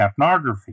capnography